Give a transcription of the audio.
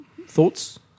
thoughts